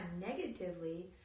negatively